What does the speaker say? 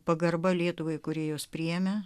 pagarba lietuvai kūri juos priėmė